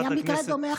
היה מקרה דומה אחרי.